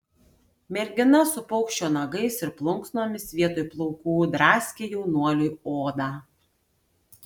mergina su paukščio nagais ir plunksnomis vietoj plaukų draskė jaunuoliui odą